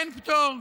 אין פטור,